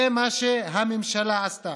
זה מה שהממשלה עשתה.